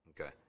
Okay